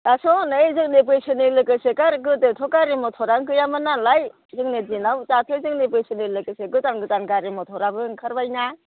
दासो हनै जोंनि बैसोनि लोगोसे गोदोथ' गारि मटरानो गैयामोन नालाय जोंनि दिनाव दाथ' जोंनि बैसोनि लोगोसे गोदान गोदान गारि मटराबो ओंखारबाय ना